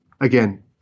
again